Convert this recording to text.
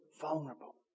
vulnerable